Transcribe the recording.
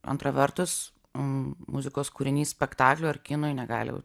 antra vertus muzikos kūrinys spektakliui ar kinui negali